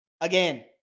again